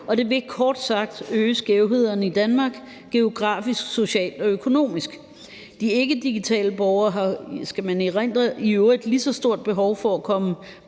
Det vil kort sagt øge skævhederne i Danmark geografisk, socialt og økonomisk. De ikkedigitale borgere, skal man erindre, har i øvrigt et lige så stort behov for at komme